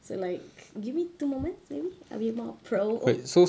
so like give me two more months maybe I'll be more pro